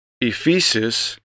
Ephesus